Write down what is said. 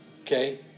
Okay